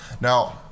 Now